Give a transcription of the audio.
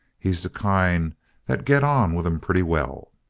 he's the kind that get on with em pretty well.